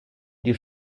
die